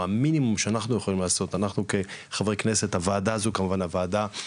המינימום שאנחנו יכולים לעשות כחברי כנסת והוועדה המיוחדת